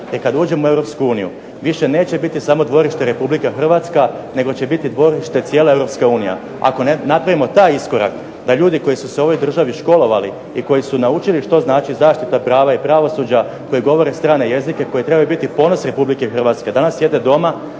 kad uđemo u EU više neće biti samo dvorište RH nego će biti dvorište cijela EU. Ako napravimo taj iskorak da ljudi koji su se u ovoj državi školovali i koji su naučili što znači zaštita prava i pravosuđa, koji govore strane jezike, koji trebaju biti ponos RH danas sjede doma,